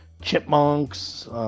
chipmunks